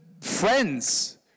friends